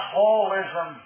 holism